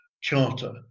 charter